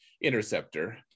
interceptor